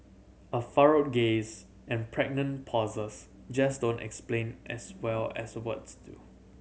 a furrowed gaze and pregnant pauses just don't explain as well as words do